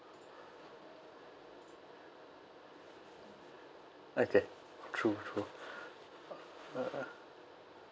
okay true true uh